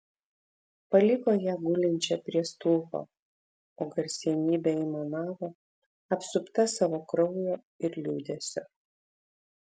paliko ją gulinčią prie stulpo o garsenybė aimanavo apsupta savo kraujo ir liūdesio